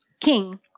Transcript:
King